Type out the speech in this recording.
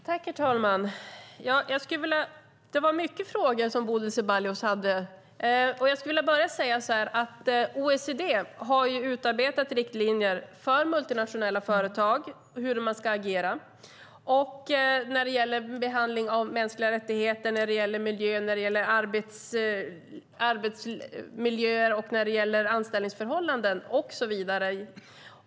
Herr talman! Det var många frågor Bodil Ceballos hade. Jag skulle vilja börja med att säga att OECD har utarbetat riktlinjer för multinationella företag och hur de ska agera när det gäller mänskliga rättigheter, miljö, arbetsmiljö, anställningsförhållanden och så vidare.